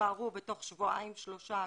התבהרו בתוך שבועיים, שלושה הקרובים.